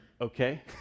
okay